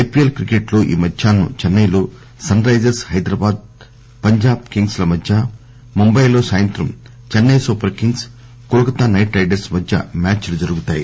IPL cricket లో ఈమధ్యాహ్నం చెన్నెలో Sunrisers Hyderabad Punjab Kings ల మధ్య ముంబాయిలో సాయంత్రం Chennai Super Kings Kolkata Knight Riders match మ్యాచ్ లు జరుగుతాయి